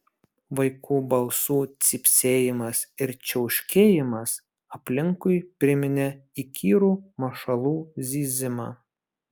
vaikų balsų cypsėjimas ir čiauškėjimas aplinkui priminė įkyrų mašalų zyzimą